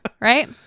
Right